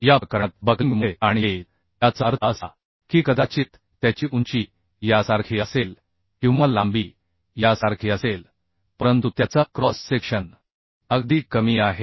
या प्रकरणात बकलिंगमुळे ताण येईल याचा अर्थ असा की कदाचित त्याची उंची यासारखी असेल किंवा लांबी यासारखी असेल परंतु त्याचा क्रॉस सेक्शन अगदी कमी आहे